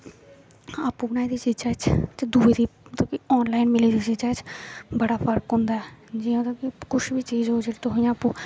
आपू बनाई दी चीजां च ते दुऐ आनॅलाइन मिली दी चिजां च बड़ा फर्क होंदा ऐ जियां तुस दिक्खो कुछ बी चीज होग जेहड़ी तुसेंगी आपूं